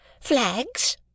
Flags